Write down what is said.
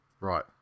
Right